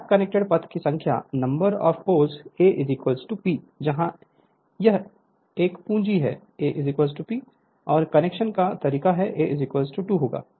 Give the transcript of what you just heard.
lap connected पथ की संख्या number of poles A P जहां यह एक पूंजी है A P और कनेक्शन का तरीका A 2 होगा